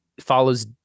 follows